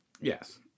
Yes